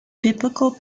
biblical